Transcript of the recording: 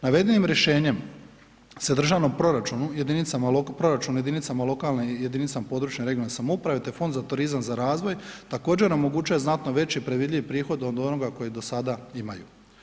Navedenim rješenjem se državnom proračunu, jedinicama, proračunu jedinicama lokalne i jedinicama područne (regionalne) samouprave te fondu za turizam za razvoj također omogućuje znatno veći i predvidljivi prihod od onoga koji do sada imaju.